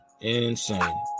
Insane